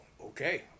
okay